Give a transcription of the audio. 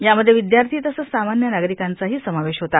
यामध्ये विद्यार्थी तसंच सामान्य नागरिकांचाही समावेश होता